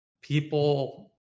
people